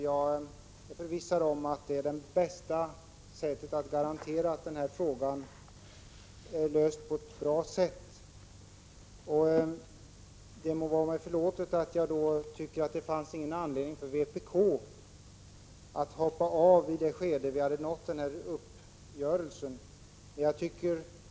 Jag är förvissad om att det är det bästa sättet att garantera att denna fråga löses på ett bra sätt. Det må vara mig förlåtet att jag inte tycker att det fanns någon anledning för vpk att hoppa av i det skede när vi hade nått fram till en uppgörelse.